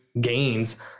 gains